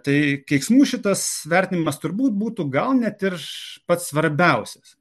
tai keiksmų šitas vertinimas turbūt būtų gal net ir pats svarbiausias